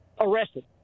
arrested